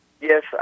Yes